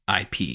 IP